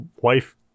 wife